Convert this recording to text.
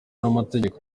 n’amategeko